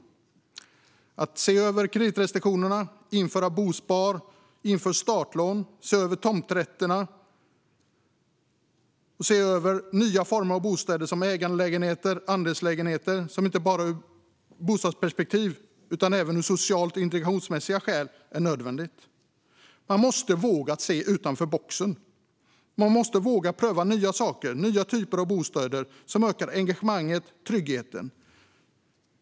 Det är nödvändigt att se över kreditrestriktionerna, att införa bospar, att införa startlån, att se över tomträtterna och att se över nya former av bostäder som ägandelägenheter och andelslägenheter, inte bara ur ett bostadsperspektiv utan även av sociala och integrationsmässiga skäl. Man måste våga se utanför boxen. Man måste våga pröva nya saker och nya typer av bostäder som ökar engagemanget och tryggheten.